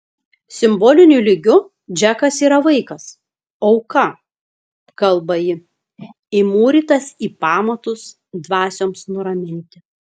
simboliniu lygiu džekas yra vaikas auka kalba ji įmūrytas į pamatus dvasioms nuraminti